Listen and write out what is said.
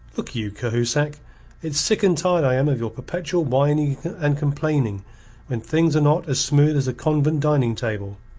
look you, cahusac it's sick and tired i am of your perpetual whining and complaining when things are not as smooth as a convent dining-table.